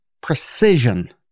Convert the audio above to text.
precision